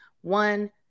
One